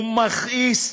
הוא מכעיס.